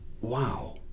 Wow